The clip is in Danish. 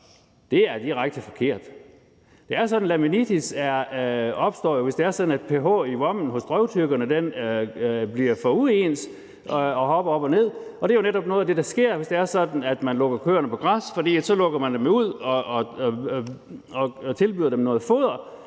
Det er direkte forkert. Det er jo sådan, at laminitis opstår, hvis pH i vommen hos drøvtyggerne bliver for uens og hopper og ned, og det er jo netop noget af det, der sker, hvis man lukker køerne på græs. For så lukker man jo dem ud og tilbyder dem noget foder,